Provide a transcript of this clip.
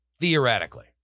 theoretically